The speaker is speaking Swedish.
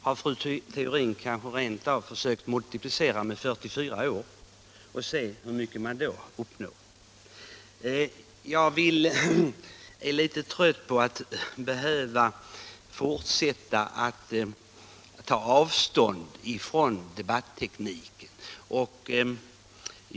Har fru Theorin kanske rent av försökt multiplicera med 44 år för att se hur mycket man då uppnår? Jag ärlitet trött på att behöva fortsätta att ta avstånd från debattekniken.